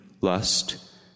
lust